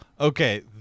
Okay